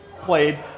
played